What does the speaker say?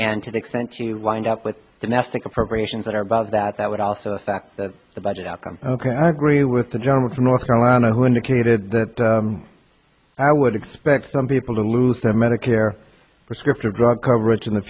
and to the extent you lined up with the nesting appropriations that are about that that would also the fact that the budget outcome ok i agree with the gentleman from north carolina who indicated that i would expect some people to lose their medicare prescription drug coverage in the